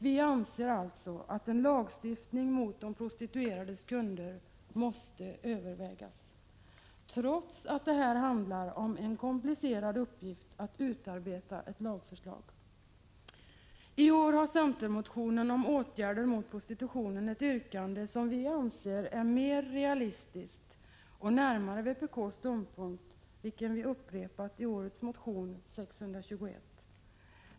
Vi anser alltså att en lagstiftning som syftar till åtgärder mot de prostituerades kunder måste övervägas — vi är dock medvetna om att det är en komplicerad uppgift att utarbeta ett lagförslag. I år har centermotionen om åtgärder mot prostitutionen ett yrkande som enligt vår åsikt är mer realistiskt och som bättre överensstämmer med vpk:s ståndpunkt, vilken vi upprepat i en motion i år, nämligen motion 621.